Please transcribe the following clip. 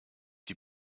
die